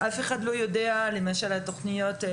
אף אחד לא יודע על הזכרות לחלק מהתוכניות.